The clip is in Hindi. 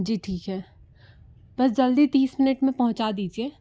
जी ठीक है बस जल्दी तीस मिनट में पहुंचा दीजिए